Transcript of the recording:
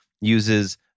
uses